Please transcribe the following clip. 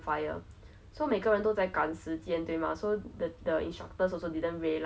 I will in fact I wasn't too afraid like okay if you tell me there's a lizard in the food I will freak out